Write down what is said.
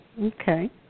Okay